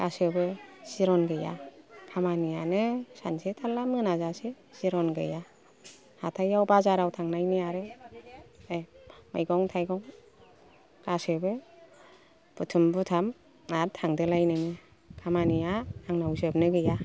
गासैबो जिरन गैया खामानियानो सानसे थाला मोनाजासे जिरन गैया हाथायाव बाजाराव थांनायनि आरो मैगं थाइगं गासैबो बुथुम बुथाम आर थांदोलाय नोङो खामानिया आंनाव जोबनो गैया